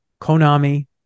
Konami